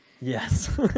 yes